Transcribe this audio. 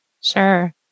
Sure